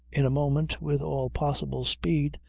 in a moment, with all possible speed,